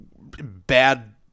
bad